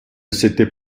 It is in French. s’était